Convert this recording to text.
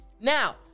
now